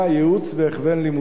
ייעוץ והכוון לימודי",